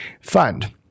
fund